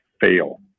fail